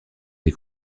des